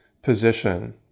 position